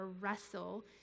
wrestle